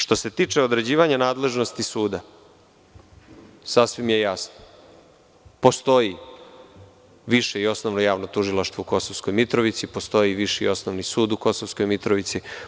Što se tiče određivanja nadležnosti suda, sasvim je jasno, postoji više i osnovno javno tužilaštvo u Kosovskoj Mitrovici, postoji Viši i Osnovni sud u Kosovskoj Mitrovici.